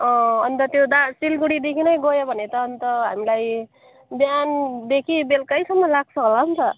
अन्त त्यो दा सिलगढीदेखि नै गयो भने त अन्त हामीलाई बिहानदेखि बेलुकैसम्म लाग्छ होला नि त